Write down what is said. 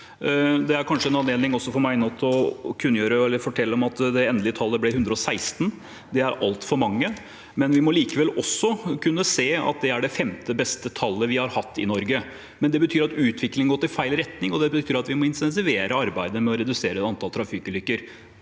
bedre veisikkerhet 4735 ledning for meg nå til å fortelle at det endelige tallet ble 116. Det er altfor mange, men vi må likevel kunne se at det er det femte beste tallet vi har hatt i Norge. Det betyr at utviklingen har gått i feil retning, og det betyr at vi må intensivere arbeidet med å redusere antallet trafikkulykker.